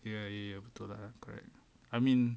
ya you have to lah correct I mean